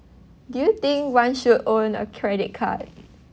do you think one should own a credit card